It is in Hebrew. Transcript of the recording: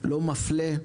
לא מפלה.